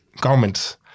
government